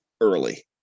early